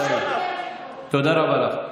פתאום עכשיו, תודה רבה לך.